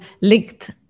linked